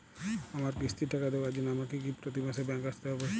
আমার কিস্তির টাকা দেওয়ার জন্য আমাকে কি প্রতি মাসে ব্যাংক আসতে হব?